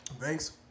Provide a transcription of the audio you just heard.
Thanks